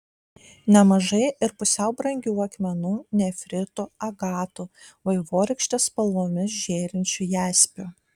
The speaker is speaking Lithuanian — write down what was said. nemažai ir pusiau brangių akmenų nefritų agatų vaivorykštės spalvomis žėrinčių jaspių